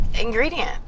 ingredient